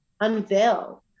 unveil